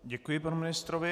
Děkuji panu ministrovi.